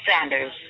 Sanders